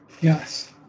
Yes